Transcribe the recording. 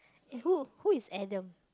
eh who who is Adam